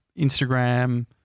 Instagram